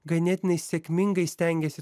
ganėtinai sėkmingai stengiasi